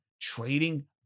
trading